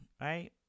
right